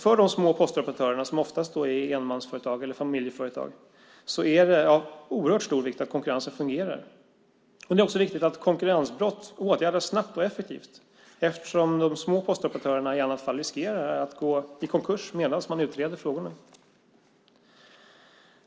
För de små postoperatörerna, som oftast är enmans eller familjeföretag, är det av oerhört stor vikt att konkurrensen fungerar. Det är också viktigt att konkurrensbrott åtgärdas snabbt och effektivt eftersom de små postoperatörerna i annat fall riskerar att gå i konkurs medan ärendena utreds.